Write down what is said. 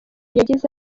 yageze